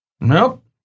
Nope